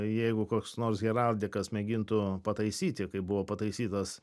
jeigu koks nors heraldikas mėgintų pataisyti kaip buvo pataisytas